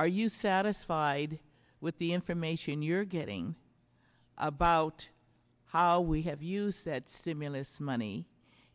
are you satisfied with the information you're getting about how we have use that stimulus money